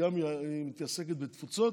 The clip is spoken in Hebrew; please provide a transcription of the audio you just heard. היא מתעסקת גם בתפוצות,